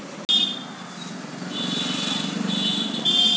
माना जाता है कि कॉफी के बीज मक्का से मैसूर लाए गए थे